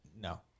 No